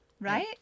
Right